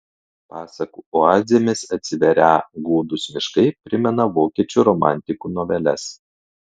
pasakų oazėmis atsiverią gūdūs miškai primena vokiečių romantikų noveles